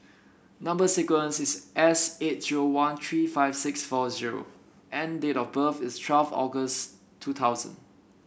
number sequence is S eight zero one three five six four zero and date of birth is twelve August two thousand